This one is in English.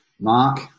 Mark